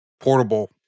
portable